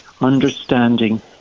understanding